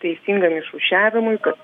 teisingam išrūšiavimui kad